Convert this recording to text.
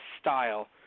style